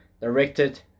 directed